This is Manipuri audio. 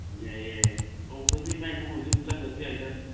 ꯌꯥꯏ ꯌꯥꯏ ꯍꯧꯗꯁꯨ ꯏꯕꯥꯅꯤꯇꯪ ꯑꯣꯏꯔꯁꯨ ꯑꯗꯨꯝ ꯆꯠꯈ꯭ꯔꯁꯨ ꯌꯥꯏꯗ